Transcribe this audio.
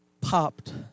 popped